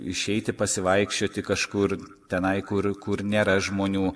išeiti pasivaikščioti kažkur tenai kur kur nėra žmonių